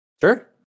Sure